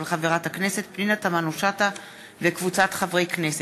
של חברת הכנסת פנינה תמנו-שטה וקבוצת חברי הכנסת,